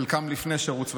חלקם לפני שירות צבאי,